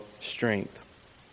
strength